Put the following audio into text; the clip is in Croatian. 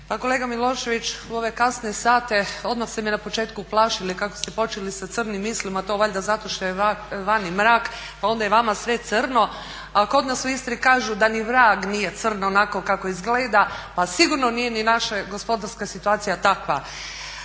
kolega Milošević, u ove kasne sate odmah ste me na početku uplašili kako ste počeli sa crnim mislim, to valjda zato što je vani mrak pa je onda i vama sve crno, a kod nas u Istri kažu da ni vrag nije crn onako kako izgleda pa sigurno nije ni naša gospodarska situacija takva.